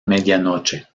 medianoche